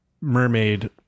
mermaid